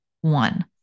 one